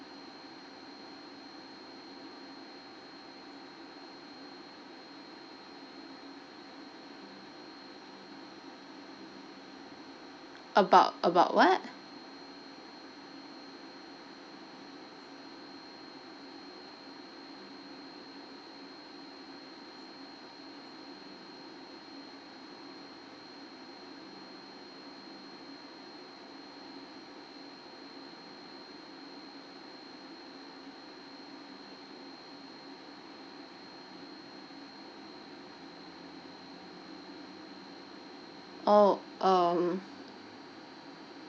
about about what oh um